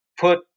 put